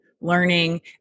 learning